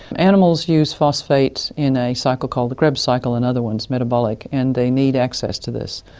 animals use phosphate in a cycle called the krebs cycle and other ones, metabolic, and they need access to this.